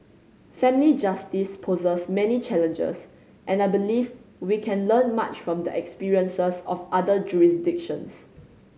family justice poses many challenges and I believe we can learn much from the experiences of other jurisdictions